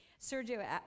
Sergio